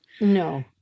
no